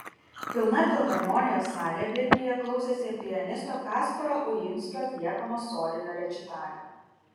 pilna filharmonijos salė vilniuje klausėsi pianisto kasparo uinsko atliekamo solinio rečitalio